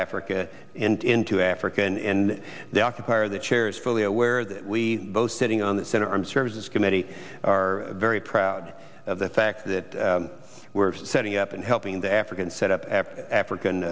africa and into africa and the occupier the chair is fully aware that we both sitting on the senate armed services committee are very proud of the fact that we're setting up in helping the african set up african